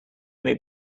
may